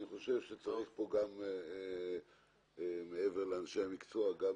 אני חושב שצריך פה, מעבר לאנשי המקצוע, גם